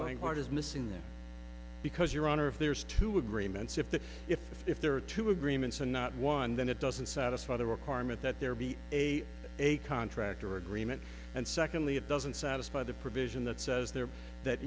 langhart is missing there because your honor if there is to agreements if the if there are two agreements and not one then it doesn't satisfy the requirement that there be a a contract or agreement and secondly it doesn't satisfy the provision that says there that